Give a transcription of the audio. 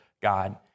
God